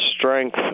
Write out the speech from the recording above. strength